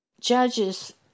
Judges